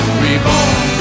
reborn